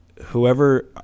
whoever